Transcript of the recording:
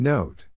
Note